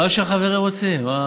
מה שהחברים רוצים.